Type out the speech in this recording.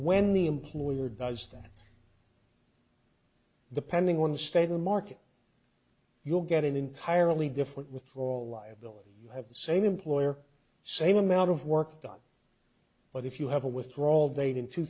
when the employer does that the pending one stay the market you'll get an entirely different with all liability have the same employer same amount of work done but if you have a withdrawal date in two